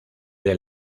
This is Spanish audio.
del